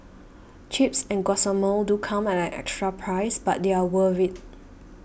Chips and Guacamole do come at an extra price but they're worth it